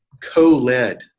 co-led